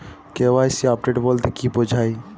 KYC update বলতে কি বোঝায়?